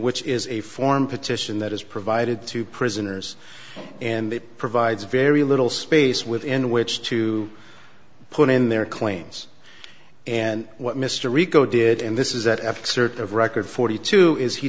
which is a form petition that is provided to prisoners and it provides very little space within which to put in their claims and what mr rico did and this is that ethics are of record forty two is he